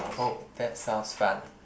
oh that sounds fun